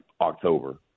October